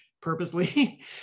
purposely